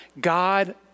God